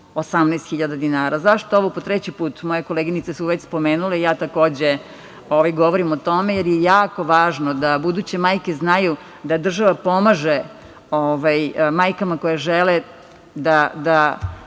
18.000 dinara.Zašto ovo po treći put, moje koleginice su već spomenule, ja takođe govorim o tome? Jer je jako važno da buduće majke znaju da država pomaže majkama koje žele da